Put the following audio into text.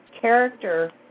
character